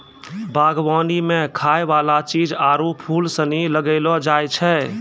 बागवानी मे खाय वाला चीज आरु फूल सनी लगैलो जाय छै